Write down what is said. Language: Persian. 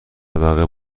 طبقه